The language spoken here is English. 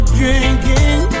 drinking